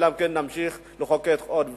אלא נמשיך לחוקק עוד ועוד.